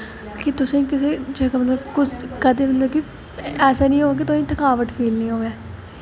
कि तुसें कुसै जगह कदें मतलब कि ऐसा निं होऐ कि तुसें ई थकावट फील निं होऐ